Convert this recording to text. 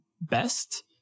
best